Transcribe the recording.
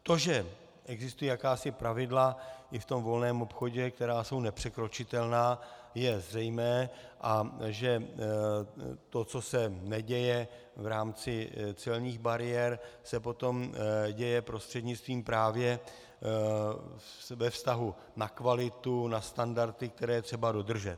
To, že existují jakási pravidla i v tom volném obchodě, která jsou nepřekročitelná, je zřejmé, a že to, co se neděje v rámci celních bariér, se potom děje prostřednictvím právě ve vztahu na kvalitu, na standardy, které je třeba dodržet.